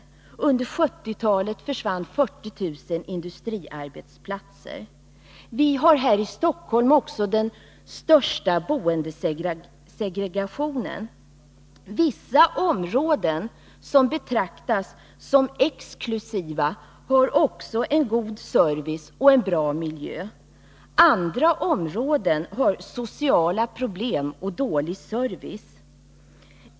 Under 1970-talet försvann 40000 industriarbetsplatser. Vi har här i Stockholm också den största boendesegregationen. Vissa områden som betraktas som exklusiva har också en god service och en bra miljö. Andra områden har sociala problem och dålig service.